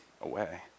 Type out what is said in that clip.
away